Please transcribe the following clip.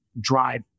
drive